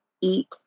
eat